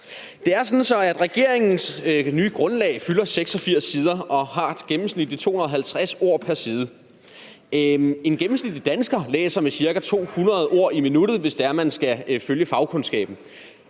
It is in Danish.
Det er sådan, at regeringens nye grundlag fylder 86 sider med gennemsnitligt 250 ord pr. side. En gennemsnitlig dansker læser med ca. 200 ord i minuttet, hvis det er, man skal følge fagkundskaben.